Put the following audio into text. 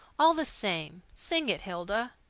all the same, sing it, hilda.